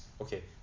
Okay